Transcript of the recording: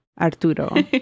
Arturo